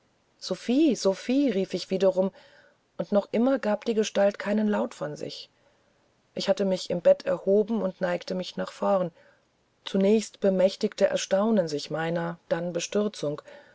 sophie sophie rief ich wiederum und noch immer gab die gestalt keinen laut von sich ich hatte mich im bette erhoben und neigte mich nach vorn zuerst bemächtigte erstaunen sich meiner dann bestürzung